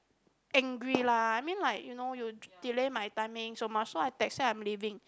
angry lah I mean like you delay my timing so much so I texted her say I'm leaving